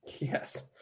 Yes